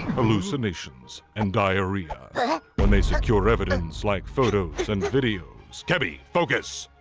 hallucinations, and diarrhea when they secure evidence like photos and videos kebi! focus!